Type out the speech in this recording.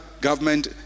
government